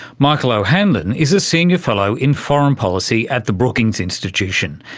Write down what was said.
michael o'hanlon is a senior fellow in foreign policy at the brookings institution.